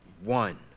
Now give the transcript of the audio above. one